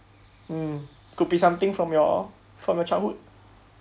mm could be something from your from your childhood